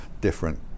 different